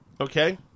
okay